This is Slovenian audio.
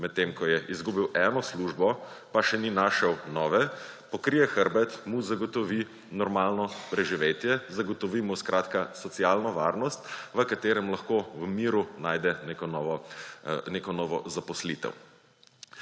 medtem ko je izgubil eno službo, pa še ni našel nove, pokrije hrbet, mu zagotovi normalno preživetje, zagotovi mu skratka socialno varnost, v kateri lahko v miru najde neko novo zaposlitev.